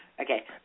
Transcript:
Okay